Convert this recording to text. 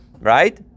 Right